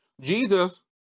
Jesus